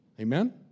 Amen